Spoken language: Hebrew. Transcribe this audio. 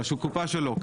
בקופה שלו.